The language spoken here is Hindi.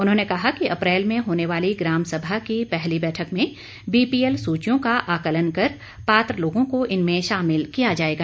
उन्होंने कहा कि अप्रैल में होने वाली ग्राम सभा की पहली बैठक में बीपीएल सूचियों का आकलन कर पात्र लोगों को इनमें शामिल किया जाएगा